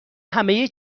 همه